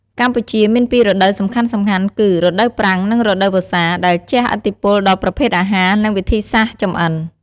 កម្ពុជាមានពីររដូវសំខាន់ៗគឺ រដូវប្រាំង និង រដូវវស្សា ដែលជិះឥទ្ធិពលដល់ប្រភេទអាហារ និងវិធីសាស្រ្តចម្អិន។